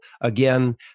Again